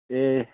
ए